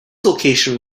location